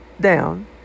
down